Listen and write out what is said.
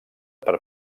per